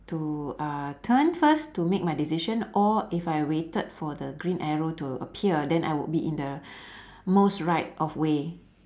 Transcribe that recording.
to uh turn first to make my decision or if I waited for the green arrow to appear then I would be in the most right of way